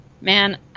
man